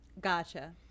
Gotcha